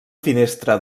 finestra